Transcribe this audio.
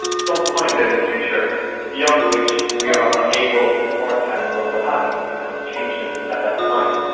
some point in the future beyond which we are unable to forecast what will happen because changes at that point,